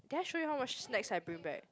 did I show you how much snacks I bring back